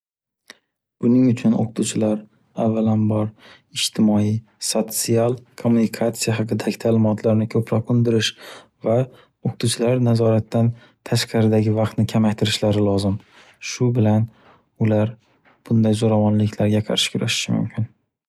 Buning uchun o'qituvchilar avvalambor ijtimoiy, sotsial kommunikatsiya haqidagi ta'limotlarni ko'proq undirish, va o'qituvchilar nazoratidan tashqaridagi vaqtni kamaytirishlari lozim. Shu bilan ular bunday zo'ravonliklarga qarshi kurashishlari mumkin.